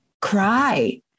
cry